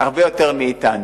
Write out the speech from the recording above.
הרבה יותר מאתנו,